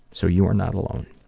so you are not alone.